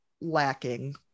lacking